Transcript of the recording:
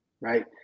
right